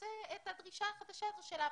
נעשה את הדרישה החדשה הזו של האפוסטיל.